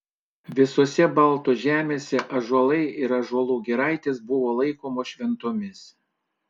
visose baltų žemėse ąžuolai ir ąžuolų giraitės buvo laikomos šventomis